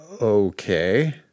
Okay